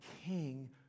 king